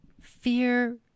fear